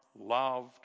loved